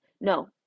no